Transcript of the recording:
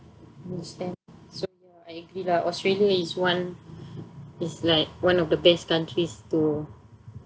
so I agree lah australia is one is like one of the best countries to